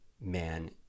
man